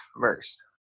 verse